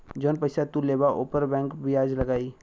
जौन पइसा तू लेबा ऊपर बैंक बियाज लगाई